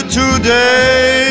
today